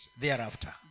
thereafter